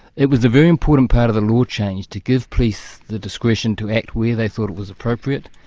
it was a very important part of the law change to give police the discretion to act where they thought it was appropriate,